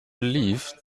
belief